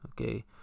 okay